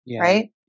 Right